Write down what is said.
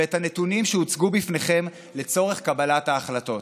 ואת הנתונים שהוצגו בפניכם לצורך קבלת ההחלטות.